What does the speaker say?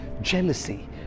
jealousy